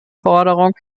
forderung